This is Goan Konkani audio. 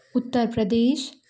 उत्तर प्रदेश